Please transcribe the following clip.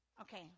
Okay